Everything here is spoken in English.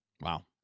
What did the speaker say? Wow